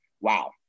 wow